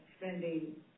spending